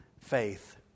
faith